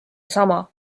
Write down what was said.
sama